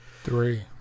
Three